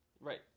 Right